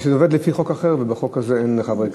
משום שזה עובד לפי חוק אחר ובחוק הזה אין לחברי כנסת,